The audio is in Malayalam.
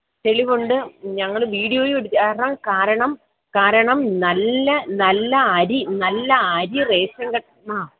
തെളിവുണ്ട് ഞങ്ങൾ വീഡിയോയും കാരണം കാരണം കാരണം നല്ല നല്ല നല്ല അരി നല്ല അരി റേഷൻ കട ആ